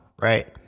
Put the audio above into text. right